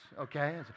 okay